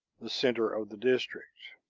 the center of the district.